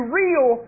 real